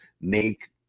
Make –